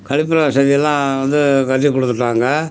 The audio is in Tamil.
கழிப்பற வசதியெல்லாம் வந்து கட்டிக் கொடுத்துட்டாங்க